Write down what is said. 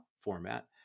format